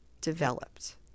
developed